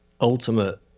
ultimate